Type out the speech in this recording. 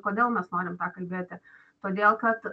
kodėl mes norim tą kalbėti todėl kad